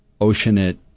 Oceanit